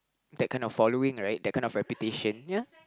that kind of following right that kind of reputation ya